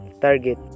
target